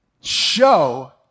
show